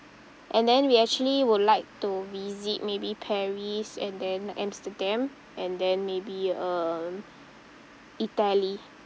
and then we actually would like to visit maybe paris and then amsterdam and then maybe uh italy